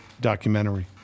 documentary